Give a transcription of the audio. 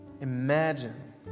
Imagine